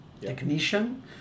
technician